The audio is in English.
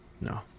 No